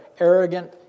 arrogant